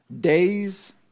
days